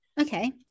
Okay